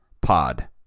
Pod